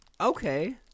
okay